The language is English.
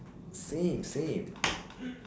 same same